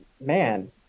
man